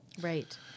Right